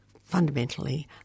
fundamentally